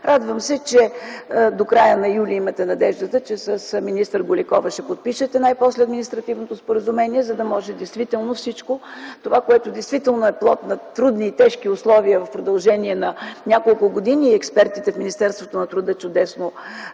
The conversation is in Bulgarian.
Радвам се, че до края на юли имате надеждата, че с министър Голикова ще подпишете най-после административното споразумение, за да може действително това, което е плод на трудни и тежки условия в продължение на няколко години – експертите от Министерството на труда чудесно